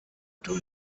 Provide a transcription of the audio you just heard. two